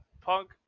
Punk